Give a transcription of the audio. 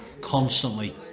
constantly